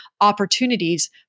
opportunities